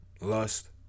lust